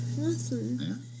Awesome